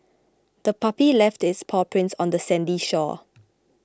the puppy left its paw prints on the sandy shore